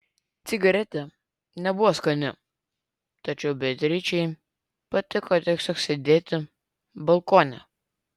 cigaretė nebuvo skani tačiau beatričei patiko tiesiog sėdėti balkone